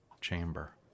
chamber